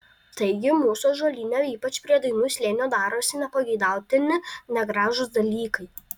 taigi mūsų ąžuolyne ypač prie dainų slėnio darosi nepageidautini negražūs dalykai